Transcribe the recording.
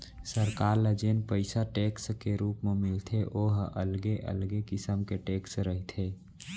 सरकार ल जेन पइसा टेक्स के रुप म मिलथे ओ ह अलगे अलगे किसम के टेक्स के रहिथे